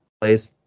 plays